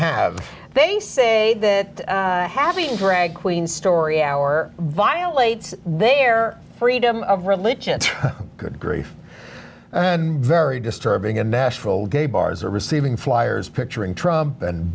have they say that having drag queen story hour violates their freedom of religion good grief and very disturbing in nashville gay bars are receiving fliers picturing trump and